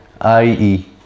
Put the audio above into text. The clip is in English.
I-E